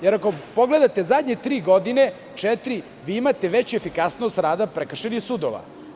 Jer, ako pogledate zadnje tri ili četiri godine, vi imate veću efikasnost rada prekršajnih sudova.